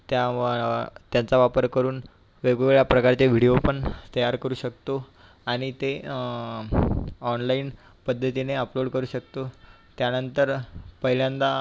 त्या वा त्याचा वापर करून वेगवेगळ्या प्रकारचे व्हिडिओ पण तयार करू शकतो आणि ते ऑनलाईन पद्धतीने अपलोड करू शकतो त्यानंतर पहिल्यांदा